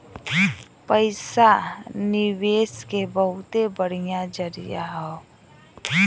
पइसा निवेस के बहुते बढ़िया जरिया हौ